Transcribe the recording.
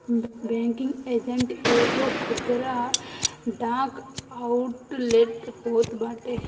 banking agent एगो खुदरा डाक आउटलेट होत बाटे